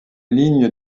ligne